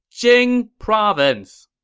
jing province!